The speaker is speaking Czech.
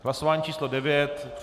Hlasování číslo 9.